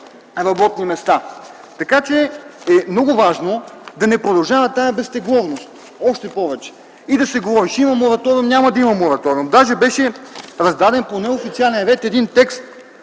година. Така че е много важно да не продължаваме тази безтегловност още повече да се говори - ще има мораториум, няма да има мораториум. Даже беше раздаден по неофициален ред един текст.